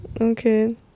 Okay